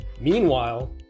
Meanwhile